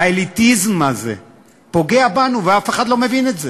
האליטיזם הזה פוגע בנו, ואף אחד לא מבין את זה.